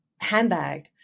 handbag